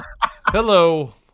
Hello